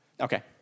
Okay